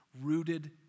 rooted